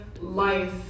life